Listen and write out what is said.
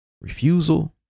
refusal